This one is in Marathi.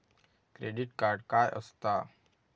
क्रेडिट कार्ड काय असता?